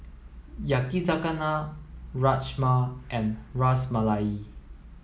Yakizakana Rajma and Ras Malai